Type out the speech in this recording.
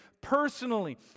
personally